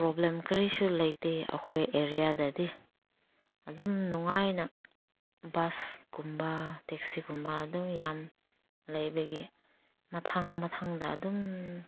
problem ꯀꯔꯤꯁꯨ ꯂꯩꯇꯦ ꯑꯩꯈꯣꯏ ꯑꯦꯔꯤꯌꯥꯗꯗꯤ ꯑꯗꯨꯝ ꯅꯨꯡꯉꯥꯏꯅ ꯕꯁꯀꯨꯝꯕ ꯇꯦꯛꯁꯤꯒꯨꯝꯕ ꯑꯗꯨꯝ ꯌꯥꯝ ꯂꯩꯕꯒꯤ ꯃꯊꯪ ꯃꯊꯪꯗ ꯑꯗꯨꯝ